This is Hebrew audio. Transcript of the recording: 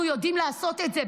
אנחנו יודעים לעשות את זה,